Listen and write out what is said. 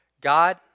God